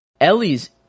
Ellie's